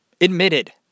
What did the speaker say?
admitted